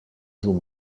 zum